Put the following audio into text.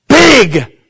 Big